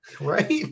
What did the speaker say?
Right